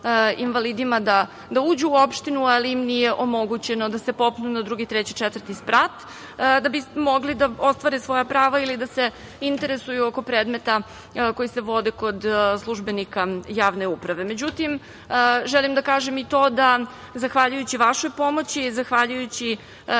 invalidima da uđu u opštinu, ali im nije omogućeno da se popnu na drugi, treći ili četvrti sprat, da bi mogli da ostvare svoja prava ili da se interesuju oko predmeta koji se vode kod službenika javne uprave. Želim da kažem i to da, zahvaljujući vašoj pomoći, zahvaljujući